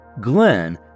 Glenn